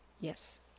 Yes